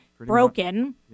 Broken